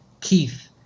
Keith